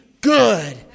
good